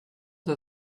are